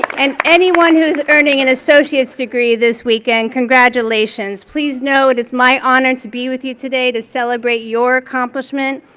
and anyone who's earning an associate's degree this weekend, congratulations. please know it is my honor to be with you today to celebrate your accomplishment.